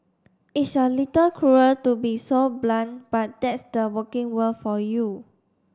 it's a little cruel to be so blunt but that's the working world for you